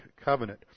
covenant